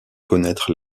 connaître